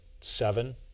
seven